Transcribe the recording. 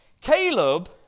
Caleb